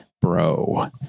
bro